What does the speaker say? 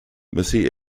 missy